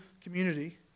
community